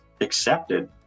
accepted